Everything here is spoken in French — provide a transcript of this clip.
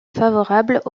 favorables